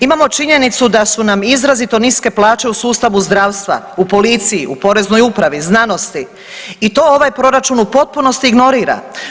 Imamo činjenicu da su nam i izrazito niske plaće u sustavu zdravstva, u policiji, u Poreznoj upravi, znanosti i to ovaj proračun u potpunosti ignorira.